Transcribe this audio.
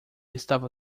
estava